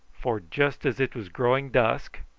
for just as it was growing dusk,